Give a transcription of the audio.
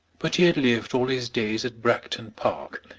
but he had lived all his days at bragton park,